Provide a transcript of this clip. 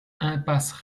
impasse